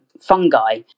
fungi